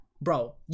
Bro